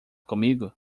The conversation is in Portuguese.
comigo